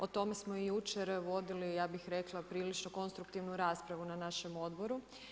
O tome smo i jučer vodili, ja bih rekla prilično konstruktivnu raspravu na našem odboru.